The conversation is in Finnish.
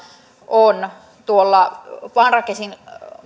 on tuolla